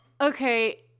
okay